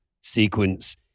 sequence